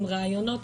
עם ריאיונות,